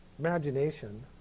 Imagination